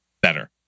better